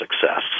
success